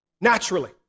naturally